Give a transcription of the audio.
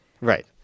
right